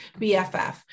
bff